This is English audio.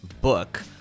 book